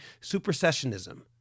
supersessionism